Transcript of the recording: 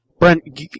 Brent